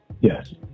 Yes